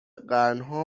قرنها